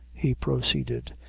he proceeded,